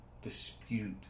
dispute